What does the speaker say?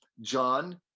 john